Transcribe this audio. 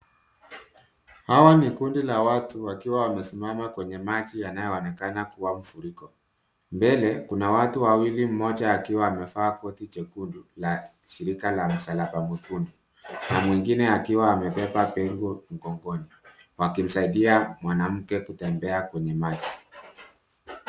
Hawa ni kundi la watu wakiwa wamesimama kwenye maji yanayoonekana kuwa mafuriko. Mbele kuna watu wawili mmoja akiwa amevaa koti jekundu la shirika la masalaba mwekundu na mwingine akiwa amebeba begi mgongoni wakimsaidia mwanamke kutembea kwenye maji.